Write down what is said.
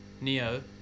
Neo